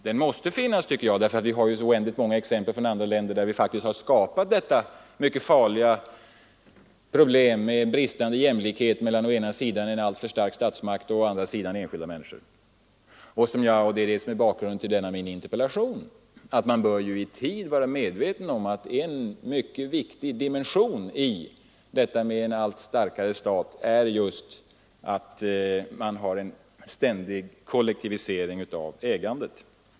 Den måste finnas, tycker jag, för vi har ju så många exempel från andra länder, där man har skapat detta mycket farliga problem med bristande jämlikhet mellan å ena sidan en alltför stark statsmakt och å andra sidan enskilda människor. Det är också detta som är bakgrunden till min interpellation, att man bör i tid vara medveten om risken i detta att få en alltför stark stat genom en löpande kollektivisering av ägandet.